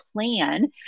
plan